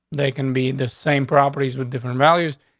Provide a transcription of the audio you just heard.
they can be the same properties with different values.